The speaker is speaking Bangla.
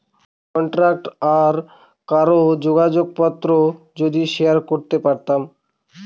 কন্টাক্ট বা কারোর যোগাযোগ পত্র যদি শেয়ার করতে পারতাম